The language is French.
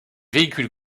véhicules